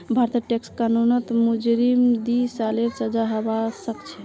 भारतेर टैक्स कानूनत मुजरिमक दी सालेर सजा हबा सखछे